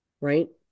Right